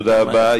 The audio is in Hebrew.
תודה רבה.